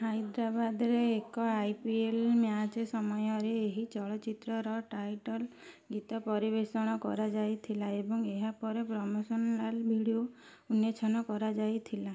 ହାଇଦ୍ରାବାଦରେ ଏକ I P L match ସମୟରେ ଏହି ଚଳଚ୍ଚିତ୍ରର ଟାଇଟଲ୍ ଗୀତ ପରିବେଷଣ କରାଯାଇଥିଲା ଏବଂ ଏହା ପରେ ପ୍ରମୋସନାଲ୍ ଭିଡିଓ ଉନ୍ମୋଚନ କରାଯାଇଥିଲା